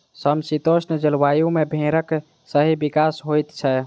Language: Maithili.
समशीतोष्ण जलवायु मे भेंड़क सही विकास होइत छै